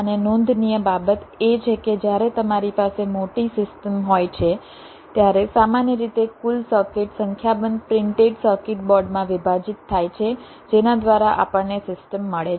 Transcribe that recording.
અને નોંધનીય બાબત એ છે કે જ્યારે તમારી પાસે મોટી સિસ્ટમ હોય છે ત્યારે સામાન્ય રીતે કુલ સર્કિટ સંખ્યાબંધ પ્રિન્ટેડ સર્કિટ બોર્ડમાં વિભાજિત થાય છે જેના દ્વારા આપણને સિસ્ટમ મળે છે